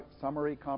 summary